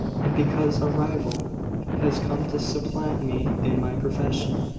and because a rival has come to supplant me in my profession.